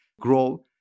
grow